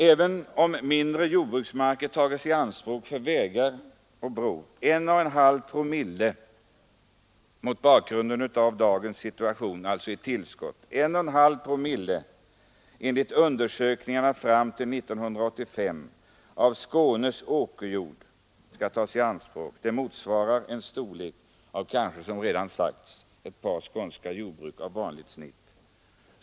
Även om mindre jordbruksmarker tas i anspråk för vägar och bro — en och en halv promille av Skånes åkerjord fram till 1985, enligt undersökningar — motsvarar detta en storlek av kanske — som redan sagts — ett par skånska jordbruk av vanligt snitt.